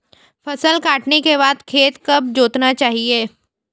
फसल काटने के बाद खेत कब जोतना चाहिये?